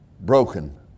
broken